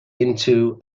into